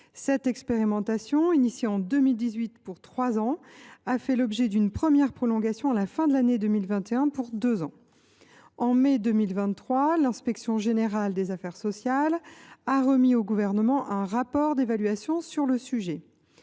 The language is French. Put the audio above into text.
Cette expérimentation, entamée en 2018 pour trois ans, a fait l’objet d’une première prolongation pour deux ans à la fin de l’année 2021. En mai 2023, l’inspection générale des affaires sociales (Igas) a remis au Gouvernement un rapport d’évaluation sur le sujet.